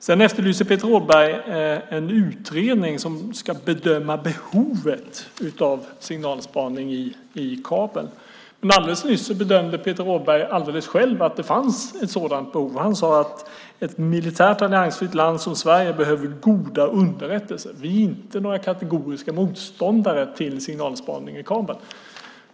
Sedan efterlyser Peter Rådberg en utredning som ska bedöma behovet av signalspaning i kabel. Men alldeles nyss bedömde Peter Rådberg själv att det finns ett sådant behov. Han sade: Ett militärt alliansfritt land som Sverige behöver goda underrättelser. Vi är inte några kategoriska motståndare till signalspaning i kabel.